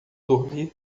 dormir